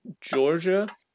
Georgia